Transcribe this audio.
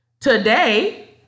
today